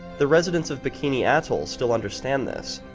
the residents of bikini atoll still understand this,